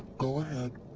go ahead.